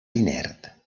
inert